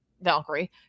Valkyrie